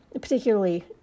particularly